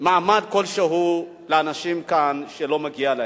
מעמד כלשהו לאנשים כאן, שלא מגיע להם,